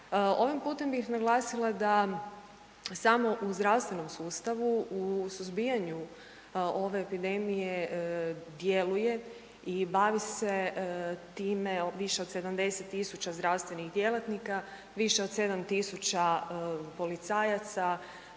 Ovim putem bih naglasila da samo u zdravstvenom sustavu u suzbijanju ove epidemije djeluje i bavi se time više od 70 000 zdravstvenih djelatnika, više od 7000 policajaca,